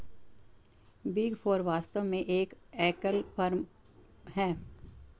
big four वास्तव में एक एकल फर्म है